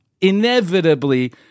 inevitably –